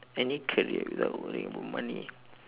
any career without worrying about money